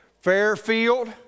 Fairfield